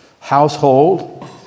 household